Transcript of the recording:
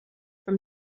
from